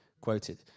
quoted